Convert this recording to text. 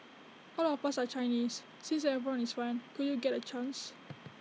all of us are Chinese since everyone is fine could you get A chance